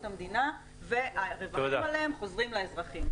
המדינה והרווחים עליהם חוזרים לאזרחים.